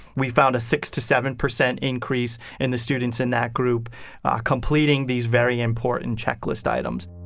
we found a six to seven percent increase in the students in that group completing these very important checklist items